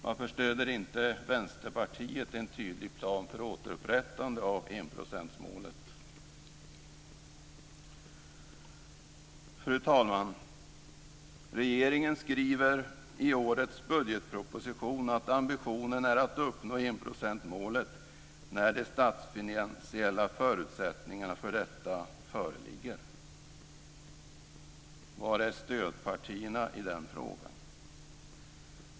Varför stöder inte Vänsterpartiet en tydlig plan för återupprättandet av enprocentsmålet? Regeringen skriver i årets budgetproposition att ambitionen är att uppnå enprocentsmålet när de statsfinansiella förutsättningarna för detta föreligger. Var finns stödpartierna i den frågan?